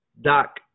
Doc